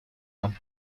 нам